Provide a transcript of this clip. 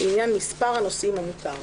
לעניין מספר הנוסעים המותר,